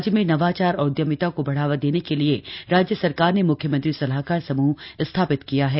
राज्य में नवाचार और उद्यमिता को बढ़ावा देने के लिए राज्य सरकार ने मुख्यमंत्री सलाहकार समूह स्थापित किया है